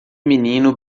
menino